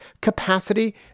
capacity